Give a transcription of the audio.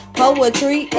poetry